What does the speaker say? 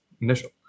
initial